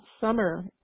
summer